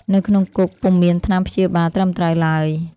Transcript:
នៅក្នុងគុកពុំមានថ្នាំព្យាបាលត្រឹមត្រូវឡើយ។